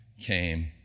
came